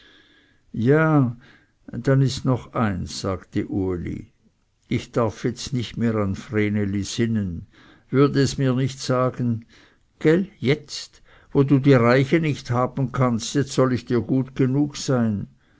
ja dann ist noch eins sagte uli ich darf jetzt nicht mehr an vreneli sinnen würde es mir nicht sagen gäll jetzt wo du die reiche nicht haben kannst jetzt soll ich dir gut genug sein